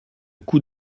coup